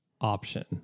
option